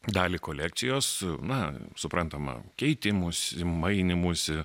dalį kolekcijos na suprantama keitimosi mainymuisi